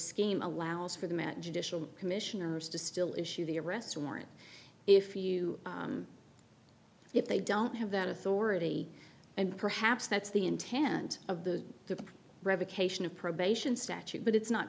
scheme allows for them at judicial commissioners to still issue the arrest warrant if you if they don't have that authority and perhaps that's the intent of the the revocation of probation statute but it's not